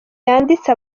yanditse